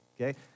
okay